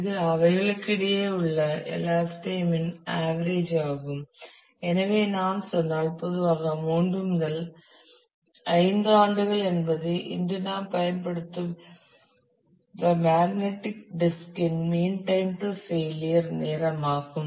இது அவைகளுக்கு இடையே உள்ள எலாப்ஸ் டைம் இன் ஆவரேஜ் ஆகும் எனவே நாம் சொன்னால் பொதுவாக 3 முதல் 5 ஆண்டுகள் என்பது இன்று நாம் பயன்படுத்தும் இந்த மேக்னடிக் டிஸ்க் இன் மீன் டைம் டு ஃபெயிலியர் நேரமாகும்